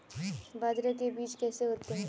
बाजरे के बीज कैसे होते हैं?